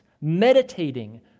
meditating